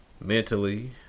Mentally